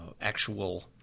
actual